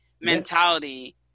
mentality